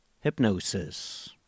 hypnosis